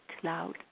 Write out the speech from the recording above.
cloud